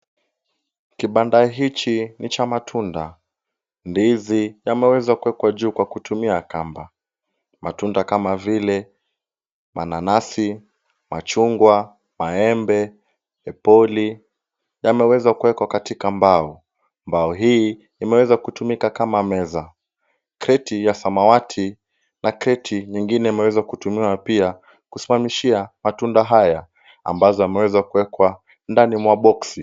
Kibanda hichi ni cha matunda. Ndizi yameweza kuwekwa juu kwa kutumia kamba. Matunda kama vile mananasi, machungwa, maembe, epoli yameweza kuwekwa katika mbao. Mbao hii imeweza kutumika kama meza. Kreti ya samawati, na kreti nyingine imeweza kutumiwa pia kusimamishia matunda haya ambazo ameweza kuwekwa ndani mwa boksi.